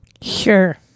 Sure